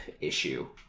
issue